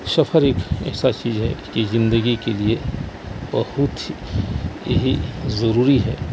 سفر ایک ایسا چیز ہے کہ زندگی کے لیے بہت ہی ضروری ہے